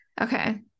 Okay